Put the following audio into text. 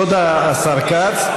תודה, השר כץ.